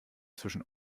zwischen